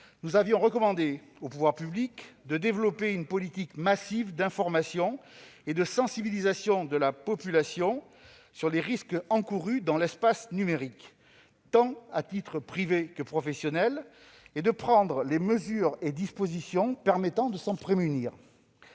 CSNP avait recommandé aux pouvoirs publics de développer une politique massive d'information et de sensibilisation de la population aux risques encourus dans l'espace numérique, à titre tant privé que professionnel, et de prendre les mesures et dispositions permettant de s'en prémunir.